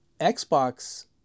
Xbox